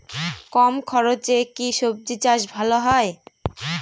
কম খরচে কি সবজি চাষ ভালো হয়?